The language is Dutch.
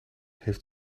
heeft